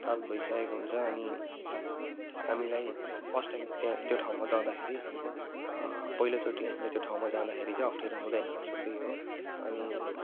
प्राप्त भइसकेको हुन्छ अनि हामीलाई फर्स्ट टाइम त्यहाँ त्यो ठाउँमा जँदाखेरि पहिलोचोटि हामीलाई त्यो ठाउँमा जाँदाखेरि चाहिँ अप्ठ्यारो हुँदैन सो त्यही हो अनि